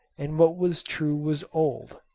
and what was true was old.